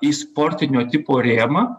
į sportinio tipo rėmą